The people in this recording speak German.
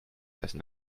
essen